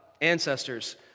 ancestors